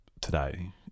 today